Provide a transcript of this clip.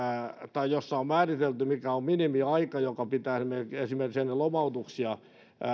tai on määritelty mikä on minimiaika joka pitää esimerkiksi ennen lomautuksia